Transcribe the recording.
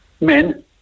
Men